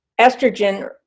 estrogen